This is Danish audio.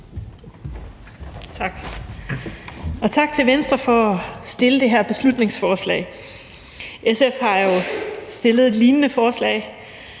Tak, og tak til Venstre for at fremsætte det her beslutningsforslag. SF har fremsat et lignende forslag